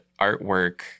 artwork